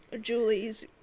Julie's